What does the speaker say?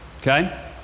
Okay